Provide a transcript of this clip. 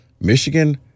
Michigan